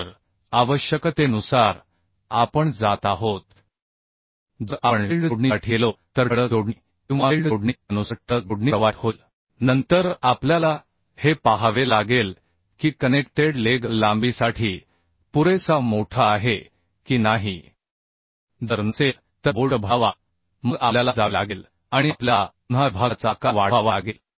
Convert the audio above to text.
तर आवश्यकतेनुसार आपण जात आहोत जर आपण वेल्ड जोडणीसाठी गेलो तर ठळक जोडणी किंवा वेल्ड जोडणी त्यानुसार ठळक जोडणी प्रवाहित होईल नंतर आपल्याला हे पाहावे लागेल की कनेक्टेड लेग लांबीसाठी पुरेसा मोठा आहे की नाही जर नसेल तर बोल्ट भरावा मग आपल्याला जावे लागेल आणि आपल्याला पुन्हा विभागाचा आकार वाढवावा लागेल